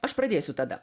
aš pradėsiu tada